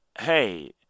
hey